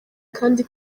kandi